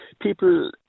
people